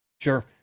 Sure